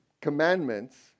commandments